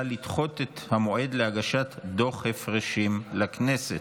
לדחות את המועד להגשת דוח הפרשים לכנסת.